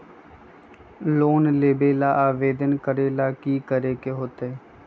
Loan लेबे ला आवेदन करे ला कि करे के होतइ?